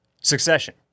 Succession